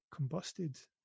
combusted